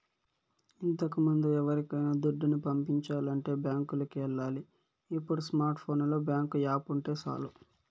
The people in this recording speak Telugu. ఇంతకముందు ఎవరికైనా దుడ్డుని పంపించాలంటే బ్యాంకులికి ఎల్లాలి ఇప్పుడు స్మార్ట్ ఫోనులో బ్యేంకు యాపుంటే సాలు